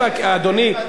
אדוני,